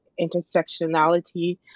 intersectionality